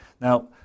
Now